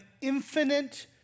infinite